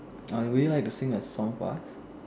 uh would you like to sing a song for us